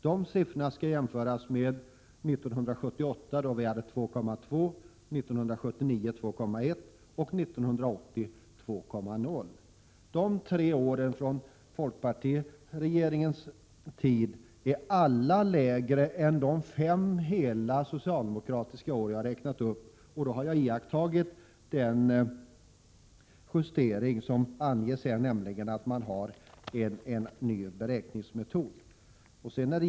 De siffrorna skall jämföras med 1978 då vi hade 2,2 76 öppen arbetslöshet, 1979 2,1 Jo och 1980 då arbetslösheten var 2,0 70. De tre åren från folkpartiregeringens tid är alltså alla lägre än de fem hela socialdemokratiska år som jag har räknat upp — då har jag iakttagit den justering som anges, nämligen att man har en ny beräkningsmetod.